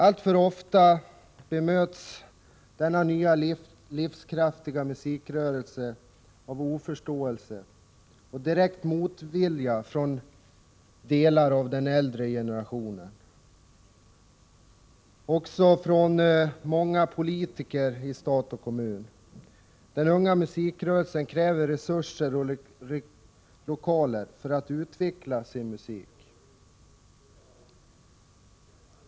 Alltför ofta bemöts denna nya livskraftiga musikrörelse med oförståelse och direkt motvilja från delar av den äldre generationen och från många politiker i stat och kommun. Den unga musikrörelsen kräver resurser och lokaler för att utveckla sin musik.